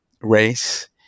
race